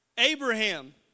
Abraham